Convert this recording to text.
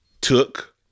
took